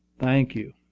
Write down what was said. thank you.